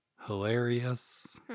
Hilarious